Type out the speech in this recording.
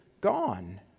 gone